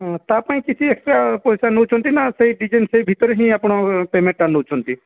ହଁ ତା'ପାଇଁ କିଛି ଏକ୍ସଟ୍ରା ପଇସା ନେଉଛନ୍ତି ନା ସେଇ ଡିଜାଇନ୍ ସେଇ ଭିତରେ ହିଁ ଆପଣ ପେମେଣ୍ଟ୍ ଟା ନେଉଛନ୍ତି